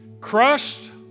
crushed